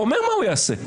אומר מה הוא יעשה,